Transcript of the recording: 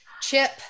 Chip